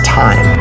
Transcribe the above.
time